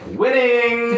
winning